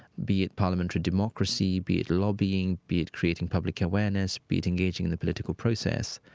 be it parliamentary democracy, be it lobbying, be it creating public awareness, be it engaging the political process,